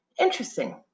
interesting